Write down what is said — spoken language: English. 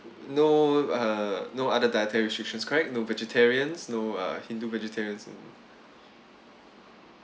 no uh no other dietary restrictions correct no vegetarians no uh hindu vegetarianism